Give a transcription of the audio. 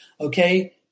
Okay